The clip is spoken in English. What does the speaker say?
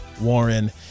Warren